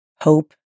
Hope